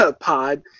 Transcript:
pod